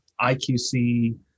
IQC